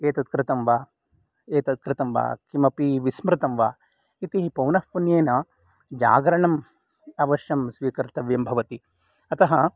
एतत् कृतं वा एतत् कृतं वा किमपि विस्मृतं वा इति पौनःपुण्येन जागरणम् अवश्यं स्वीकर्तव्यं भवति अतः